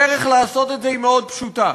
הדרך לעשות את זה היא מאוד פשוטה.